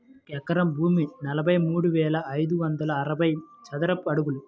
ఒక ఎకరం భూమి నలభై మూడు వేల ఐదు వందల అరవై చదరపు అడుగులు